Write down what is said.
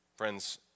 Friends